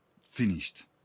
finished